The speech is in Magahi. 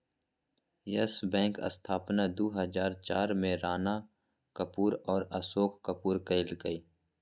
यस बैंक स्थापना दू हजार चार में राणा कपूर और अशोक कपूर कइलकय